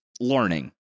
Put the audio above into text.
learning